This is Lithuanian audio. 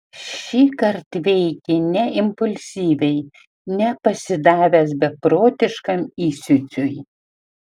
šįkart veikė ne impulsyviai ne pasidavęs beprotiškam įsiūčiui